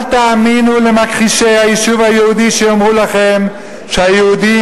אל תאמינו למכחישי היישוב היהודי שיאמרו לכם שהיהודים